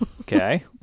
Okay